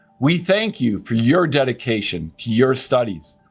we thank you for your dedication to your studies,